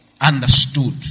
understood